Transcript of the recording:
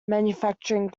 manufacturing